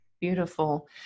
Beautiful